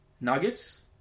nuggets